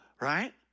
right